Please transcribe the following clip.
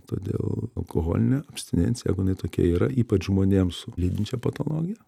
todėl alkoholinė abstinencija jeigu jinai tokia yra ypač žmonėms su lydinčia patologija